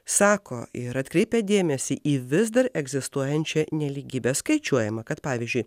sako ir atkreipia dėmesį į vis dar egzistuojančią nelygybę skaičiuojama kad pavyzdžiui